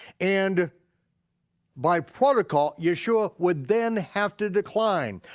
and by protocol, yeshua would then have to decline.